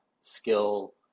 skill